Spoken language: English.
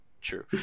true